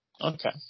Okay